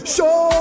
Show